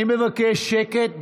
אני מבקש שקט במליאה,